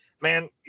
man